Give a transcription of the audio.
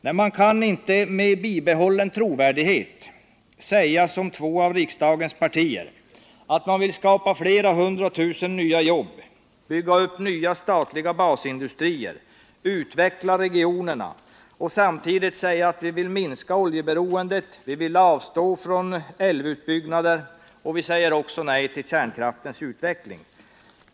Nej, man kan inte med bibehållen trovärdighet säga som två av riksdagens partier, nämligen att man vill skapa flera hundra tusen nya jobb, bygga upp nya statliga basindustrier, utveckla regionerna och samtidigt säga att man vill minska oljeberoendet, avstå från älvutbyggnader och också säga nej till kärnkraftens utveckling.